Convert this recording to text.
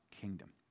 kingdom